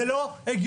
זה לא הגיוני.